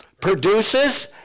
produces